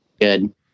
good